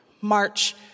March